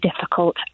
difficult